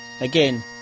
Again